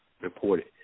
reported